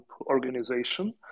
organization